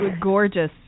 gorgeous